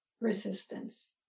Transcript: resistance